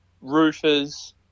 roofers